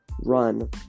run